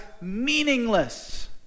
meaningless